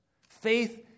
Faith